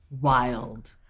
wild